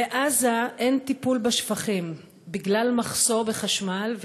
בעזה אין טיפול בשפכים בגלל מחסור בחשמל,